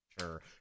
sure